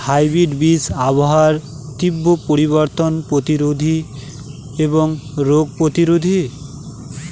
hybrid বীজ আবহাওয়ার তীব্র পরিবর্তন প্রতিরোধী এবং রোগ প্রতিরোধী